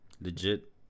legit